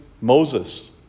Moses